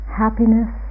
happiness